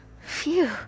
Phew